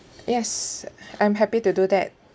yes I'm happy to do that